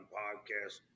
podcast